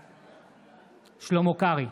בעד שלמה קרעי,